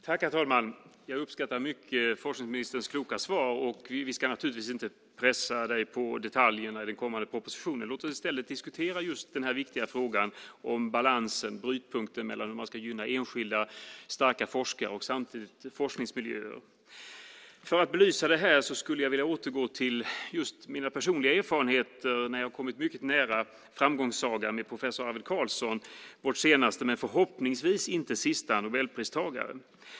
Herr talman! Jag uppskattar mycket forskningsministerns kloka svar. Vi ska naturligtvis inte pressa honom på detaljer när det kommer i propositionen. Låt oss i stället diskutera den viktiga frågan om balansen, brytpunkten mellan att gynna enskilda starka forskare och samtidigt gynna forskningsmiljöer. För att belysa det här skulle jag vilja återgå till mina personliga erfarenheter. Jag har kommit mycket nära framgångssagan hos professor Arvid Carlsson, vår senaste men förhoppningsvis inte sista Nobelpristagare.